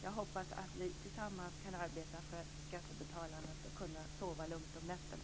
Jag hoppas att vi tillsammans kan arbeta för att skattebetalarna ska kunna sova lugnt om nätterna.